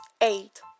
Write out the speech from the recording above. eight